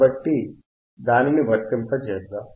కాబట్టి దానిని వర్తింపజేద్దాం